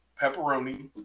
pepperoni